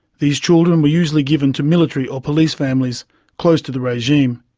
these children were usually given to military or police families close to the regime.